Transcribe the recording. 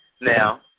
Now